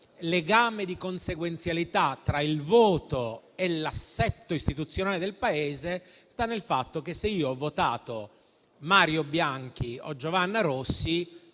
legame di consequenzialità tra il voto e l'assetto istituzionale del Paese sta nel fatto che, se io ho votato Mario Bianchi o Giovanna Rossi,